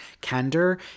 candor